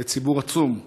זה ציבור עצום.